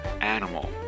animal